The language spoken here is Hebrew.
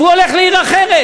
והוא הולך לעיר אחרת,